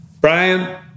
Brian